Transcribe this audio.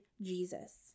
Jesus